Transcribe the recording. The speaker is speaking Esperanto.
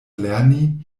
lerni